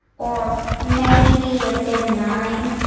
or maybe a bit of nine,